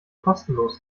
kostenlos